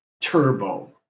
turbo